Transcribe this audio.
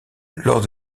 lors